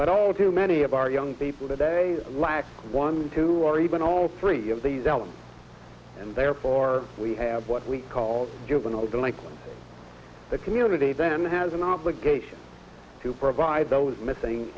but all too many of our young people today lack one two or even all three of these elements and therefore we have what we call juvenile delinquents the community then has an obligation to provide those missing